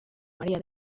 maría